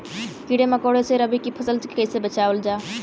कीड़ों मकोड़ों से रबी की फसल के कइसे बचावल जा?